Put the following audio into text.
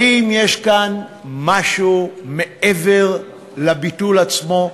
האם יש כאן משהו מעבר לביטול עצמו?